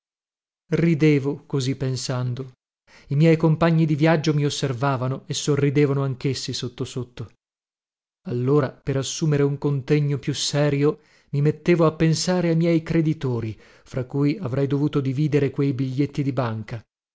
ridevo così pensando i miei compagni di viaggio mi osservavano e sorridevano anchessi sotto sotto allora per assumere un contegno più serio mi mettevo a pensare a miei creditori fra cui avrei dovuto dividere quei biglietti di banca